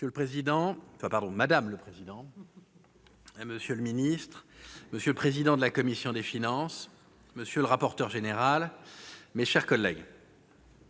Madame la présidente, monsieur le secrétaire d'État, monsieur le président de la commission des finances, monsieur le rapporteur général, mes chers collègues,